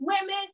women